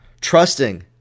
trusting